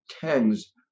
tens